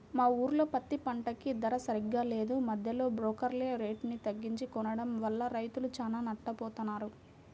మా ఊర్లో పత్తి పంటకి ధర సరిగ్గా లేదు, మద్దెలో బోకర్లే రేటుని తగ్గించి కొనడం వల్ల రైతులు చానా నట్టపోతన్నారు